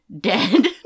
dead